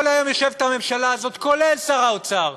כל היום יושבת הממשלה הזאת, כולל שר האוצר,